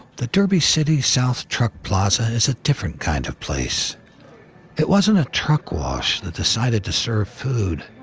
the derby city south truck plaza is a different kind of place it wasn't a truck wash that decided to serve food.